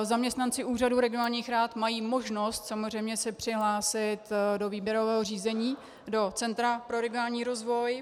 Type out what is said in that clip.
Zaměstnanci Úřadu regionálních rad mají možnost samozřejmě se přihlásit do výběrového řízení do Centra pro regionální rozvoj.